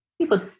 people